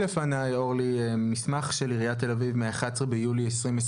יש לפני מסמך של עיריית תל אביב מתאריך 11 ביולי 2021,